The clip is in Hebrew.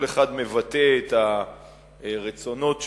כל אחד מבטא את הרצונות שלו,